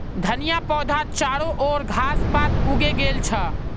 धनिया पौधात चारो ओर घास पात उगे गेल छ